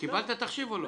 קיבלת את התחשיב או לא?